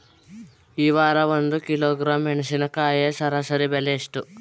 ಈ ವಾರ ಒಂದು ಕಿಲೋಗ್ರಾಂ ಮೆಣಸಿನಕಾಯಿಯ ಸರಾಸರಿ ಬೆಲೆ ಎಷ್ಟು?